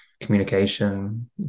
communication